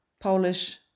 Polish